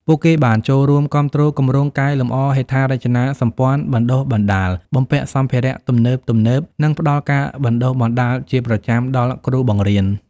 ពួកគេបានចូលរួមគាំទ្រគម្រោងកែលម្អហេដ្ឋារចនាសម្ព័ន្ធបណ្តុះបណ្តាល បំពាក់សម្ភារៈទំនើបៗ និងផ្តល់ការបណ្តុះបណ្តាលជាប្រចាំដល់គ្រូបង្រៀន។